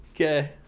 Okay